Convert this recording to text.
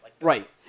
right